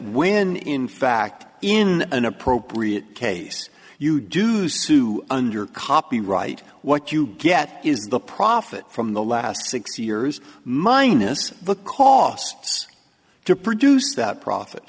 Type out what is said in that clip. when in fact in an appropriate case you do sue under copyright what you get is the profit from the last six years minus the costs to produce that profit